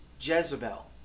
Jezebel